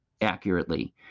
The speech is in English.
accurately